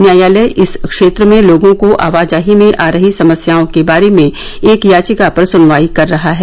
न्यायालय इस क्षेत्र में लोगों को आवाजाही में आ रही समस्याओं के बारे में एक याचिका पर सुनवाई कर रहा है